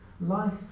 life